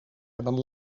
hebben